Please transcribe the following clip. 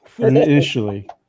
Initially